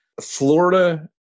Florida